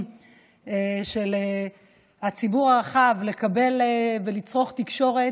של הציבור הרחב לקבל ולצרוך תקשורת,